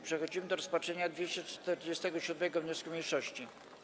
Przechodzimy do rozpatrzenia 247. wniosku mniejszości.